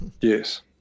Yes